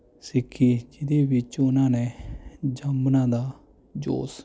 ਸਿੱਖੀ ਜਿਹਦੇ ਵਿੱਚ ਉਹਨਾਂ ਨੇ ਜਾਮਨਾਂ ਦਾ ਜੂਸ